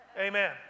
Amen